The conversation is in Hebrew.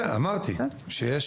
כן, אמרתי שהשוטר